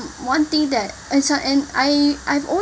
one thing that as I and I I've always